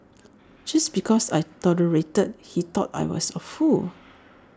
just because I tolerated he thought I was A fool